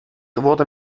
wurde